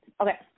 Okay